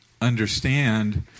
understand